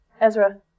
Ezra